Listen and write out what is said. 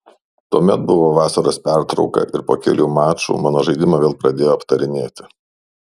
tuomet buvo vasaros pertrauka ir po kelių mačų mano žaidimą vėl pradėjo aptarinėti